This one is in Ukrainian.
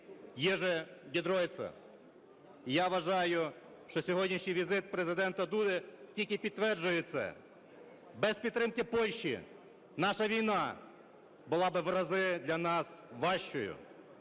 Єжи Ґедройця. І я вважаю, що сьогоднішній візит Президента Дуди тільки підтверджує це. Без підтримки Польщі наша війна була би в рази для нас важчою.